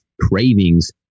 cravings